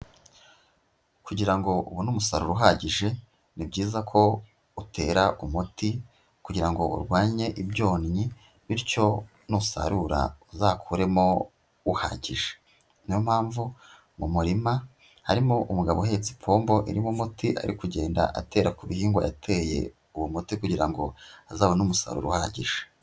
Kugira ngo ubone umusaruro uhagije, ni byiza ko utera umuti, kugira ngo urwanye ibyonnyi, bityo nusarura uzakuremo uhagije. Niyo mpamvu mu murima, harimo umugabo uhetse ipombo irimo umuti, ari kugenda atera ku bihingwa yateye uwo muti, kugira ngo azabone umusaruro uhagije.